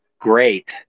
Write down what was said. great